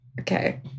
Okay